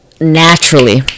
naturally